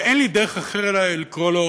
שאין לי דרך אחרת אלא לקרוא לו